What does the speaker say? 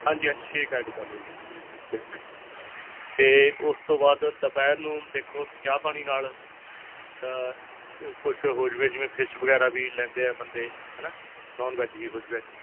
ਹਾਂਜੀ ਹਾਂਜੀ shake add ਕਰ ਲਓ ਜੀ ਹਾਂਜੀ ਹਾਂਜੀ ਬਿਲਕੁਲ ਅਤੇ ਉਸ ਤੋਂ ਬਾਅਦ ਦੁਪਹਿਰ ਨੂੰ ਦੇਖੋ ਚਾਹ ਪਾਣੀ ਨਾਲ ਕੁਝ ਹੋ ਜਵੇ ਜਿਵੇਂ ਫਿਸ਼ ਵਗੈਰਾ ਵੀ ਲੈਂਦੇ ਆ ਬੰਦੇ ਹੈ ਨਾ ਨੌਨ ਵੈੱਜ ਵੀ ਹੋ ਜਵੇ